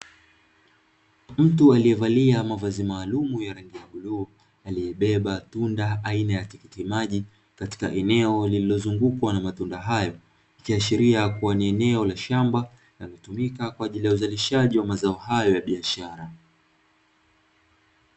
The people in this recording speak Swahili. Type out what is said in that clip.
Mtu alievalia mavazi maalumu ya rangi ya bluu aliebeba tunda aina ya tikitimaji katia eneo lililozungukwa na matunda hayo, likiashiria kuwa ni eneo la shamba na hutumika kwaajili ya uzalishaji wa mazao hayo ya biashara.